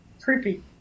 Creepy